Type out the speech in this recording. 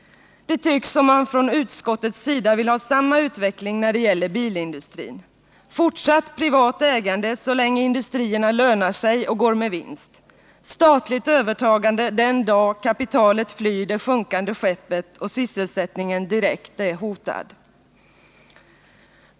Det tycks som om man från utskottets sida vill ha samma utveckling när det gäller bilindustrin: fortsatt privat ägande så länge industrierna lönar sig och går med vinst — statligt övertagande den dag kapitalet flyr det sjunkande skeppet och sysselsättningen direkt är hotad.